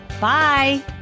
Bye